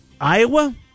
Iowa-